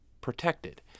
protected